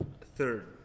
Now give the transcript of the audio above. Third